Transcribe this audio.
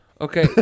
Okay